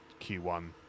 Q1